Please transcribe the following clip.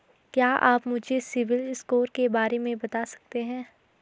क्या आप मुझे सिबिल स्कोर के बारे में बता सकते हैं?